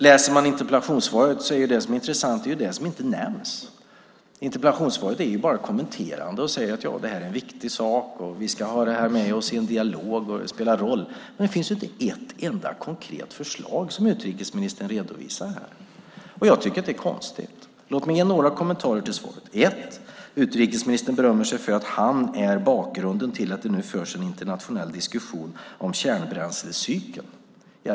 I interpellationssvaret är det intressanta det som inte nämns. Interpellationssvaret är bara kommenterande. Utrikesministern säger att detta är en viktig sak, att vi ska ha det med oss i en dialog och att det spelar en roll, men det finns inte ett enda konkret förslag som redovisas. Jag tycker att det är konstigt. Låt mig ge några kommentarer till svaret. Utrikesministern berömmer sig av att han är bakgrunden till att det nu förs en internationell diskussion om kärnbränslecykeln.